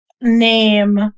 name